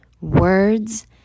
words